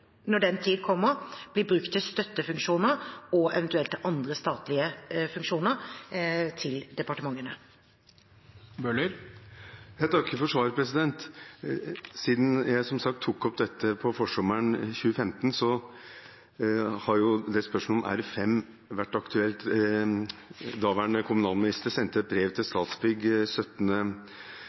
når den tid kommer, bli brukt til støttefunksjoner og eventuelt til andre statlige funksjoner til departementene. Jeg takker for svaret. Siden jeg som sagt tok opp dette på forsommeren 2015, har spørsmålet om R5 vært aktuelt. Den daværende kommunalministeren sendte et brev til Statsbygg